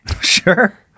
Sure